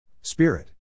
Spirit